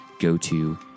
go-to